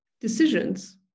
decisions